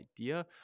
idea